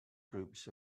groups